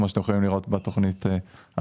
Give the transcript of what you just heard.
כמו שאתם יכולים לראות בתוכנית הרלוונטית.